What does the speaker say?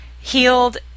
healed